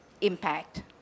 impact